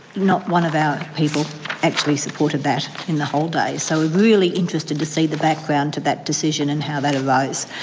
not one of our people actually supported that in the whole day, so we're really interested to see the background to that decision and how that arose.